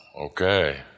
Okay